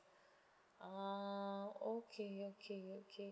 ah okay okay okay